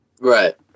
Right